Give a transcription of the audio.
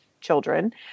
children